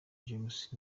james